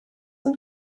und